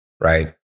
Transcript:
right